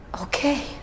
Okay